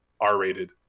R-rated